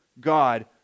God